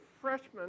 freshman